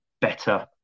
better